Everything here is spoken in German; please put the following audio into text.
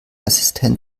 assistent